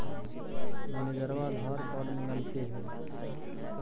मैनेजरवा आधार कार्ड मगलके हे?